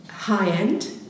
high-end